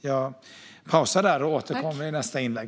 Jag pausar där och återkommer i nästa inlägg.